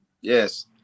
Yes